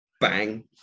Bang